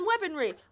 weaponry